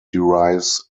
drives